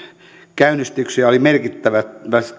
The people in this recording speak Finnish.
käynnistyksiä oli merkittävästi